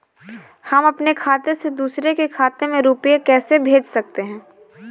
हम अपने खाते से दूसरे के खाते में रुपये कैसे भेज सकते हैं?